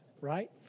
right